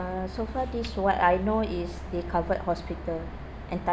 uh so far this what I know is they covered hospital entitle~